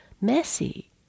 messy